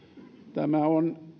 tämä on